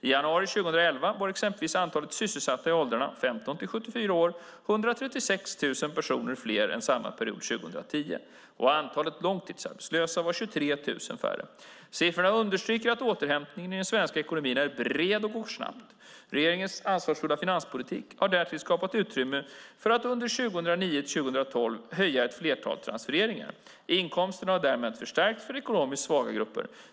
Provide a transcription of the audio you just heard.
I januari 2011 var exempelvis antalet sysselsatta i åldrarna 15-74 år 136 000 personer fler än samma period 2010, och antalet långtidsarbetslösa var 23 000 färre. Siffrorna understryker att återhämtningen i den svenska ekonomin är bred och går snabbt. Regeringens ansvarsfulla finanspolitik har därtill skapat utrymme för att under 2009-2012 öka ett flertal transfereringar. Inkomsterna har därmed förstärkts för ekonomiskt svaga grupper.